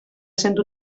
sent